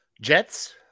Jets